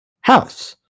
house